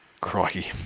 crikey